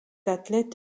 athlète